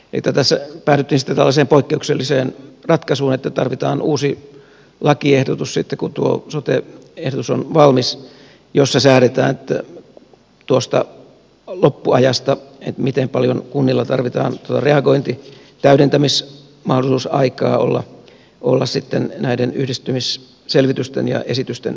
eli tässä päädyttiin sitten tällaiseen poikkeukselliseen ratkaisuun että sitten kun tuo sote ehdotus on valmis tarvitaan uusi lakiehdotus jossa säädetään tuosta loppuajasta miten paljon kunnilla tarvitsee olla reagointi ja täydentämismahdollisuusaikaa näiden yhdistymisselvitysten ja esitysten tekemiseen